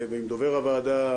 עם דובר הוועדה,